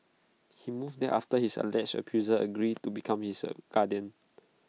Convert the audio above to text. he moved there after his alleged abuser agreed to become his guardian